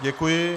Děkuji.